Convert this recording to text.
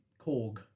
Korg